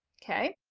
okay?